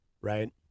right